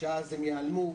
שאז הם ייעלמו,